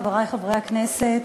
חברי חברי הכנסת,